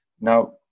Now